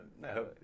No